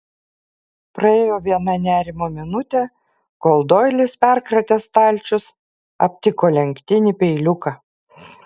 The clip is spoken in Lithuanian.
praėjo viena nerimo minutė kol doilis perkratęs stalčius aptiko lenktinį peiliuką